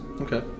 Okay